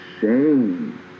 shame